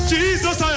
Jesus